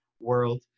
world